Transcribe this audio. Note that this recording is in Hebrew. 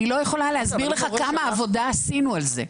אני לא יכולה להסביר לך כמה עבודה עשינו על זה.